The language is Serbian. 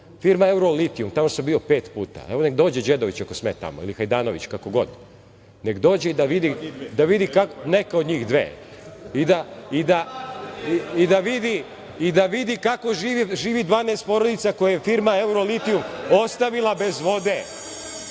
Firma Eurolitijum, tamo samo bio pet puta, evo neka dođe Đedović ako sme tamo, ili Handanović, kako god, neka dođe i neka vidi, neka od njih dve, i da vidi kako živi 12 porodica koje je firma Eurolitijum ostavila bez vode.